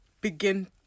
begin